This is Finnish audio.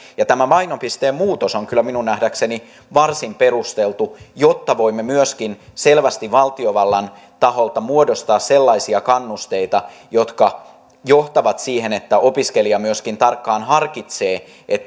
tämä painopisteen muutos on kyllä minun nähdäkseni varsin perusteltu jotta voimme myöskin selvästi valtiovallan taholta muodostaa sellaisia kannusteita jotka johtavat siihen että opiskelija myöskin tarkkaan harkitsee